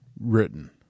written